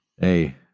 Hey